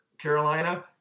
Carolina